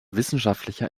wissenschaftlicher